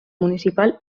municipal